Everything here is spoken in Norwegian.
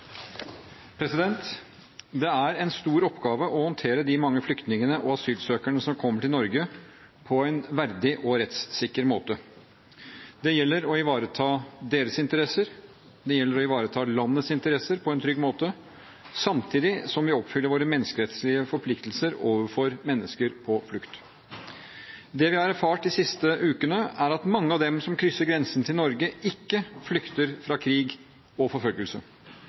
Støre. Det er en stor oppgave å håndtere de mange flyktningene og asylsøkerne som kommer til Norge, på en verdig og rettssikker måte. Det gjelder å ivareta deres interesser, og det gjelder å ivareta landets interesser på en trygg måte samtidig som vi oppfyller våre menneskerettslige forpliktelser overfor mennesker på flukt. Det vi har erfart de siste ukene, er at mange av dem som krysser grensen til Norge, ikke flykter fra krig og forfølgelse.